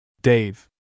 Dave